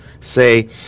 say